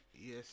Yes